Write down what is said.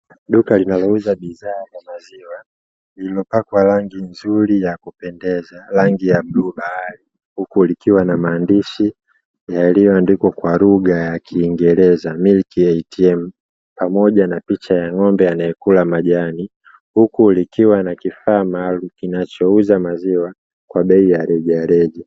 Duka linalouza bidhaa ya maziwa lililopakwa rangi nzuri ya kupendeza , rangi ya bluu bahari huku likiwa na maandishi yaliyoandikwa kwa lugha ya kingereza "milk ATM" pamoja na picha ya ngombe anaekula majani, huku likiwa na kifaa maalumu kinachouza maziwa kwa bei ya rejareja.